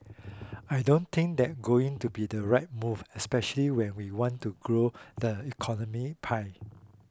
I don't think that going to be the right move especially when we want to grow the economy pie